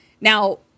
Now